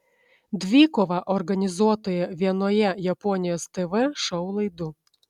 dvikovą organizuotoje vienoje japonijos tv šou laidų